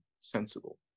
sensible